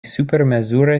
supermezure